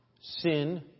Sin